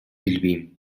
билбейм